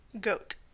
Goat